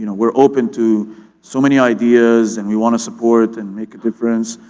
you know we're open to so many ideas and we wanna support and make a difference.